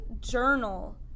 journal